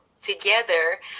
together